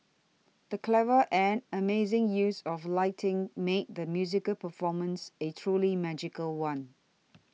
the clever and amazing use of lighting made the musical performance a truly magical one